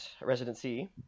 residency